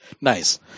Nice